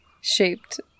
shaped